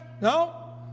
No